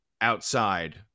outside